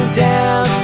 down